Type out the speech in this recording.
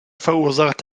verursacht